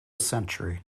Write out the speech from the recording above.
century